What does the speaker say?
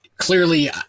Clearly